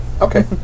Okay